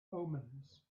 omens